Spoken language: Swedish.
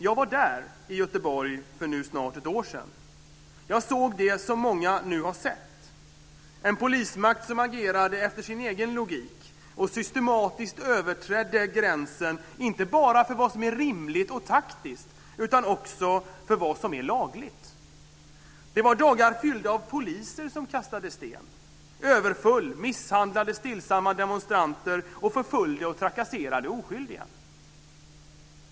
Jag var där, i Göteborg, för nu snart ett år sedan. Jag såg det som många nu har sett: en polismakt som agerade efter sin egen logik och systematiskt överträdde gränsen inte bara för vad som är rimligt och taktiskt utan också för vad som är lagligt. Det var dagar fyllda av poliser som kastade sten, överföll och misshandlade stillsamma demonstranter och förföljde och trakasserade oskyldiga.